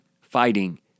fighting